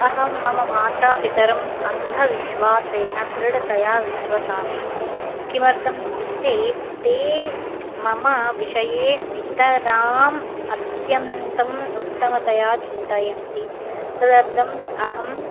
अहं मम माता पितरं अन्धविश्वासेन दृढतया विश्वसामि किमर्थमित्युक्ते ते मम विषये नितराम् अत्यन्तं उत्तमतया चिन्तयन्ति तदर्थम् अहम्